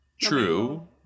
True